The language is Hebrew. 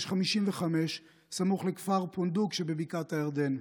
55 סמוך לכפר אל-פונדוק שבבקעת הירדן.